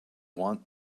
want